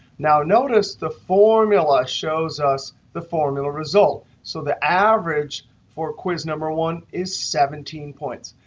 now, notice, the formula shows us the formula result. so the average for quiz number one is seventeen points.